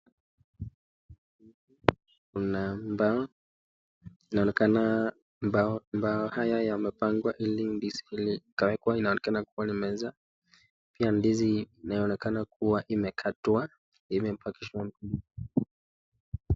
Kuna mbao, inaonekana mbao haya yamepangwa ili ndizi likawekwa, inaonekana ndizi, pia ndizi hii inaonekana kuwa imekatwa imebakishwa.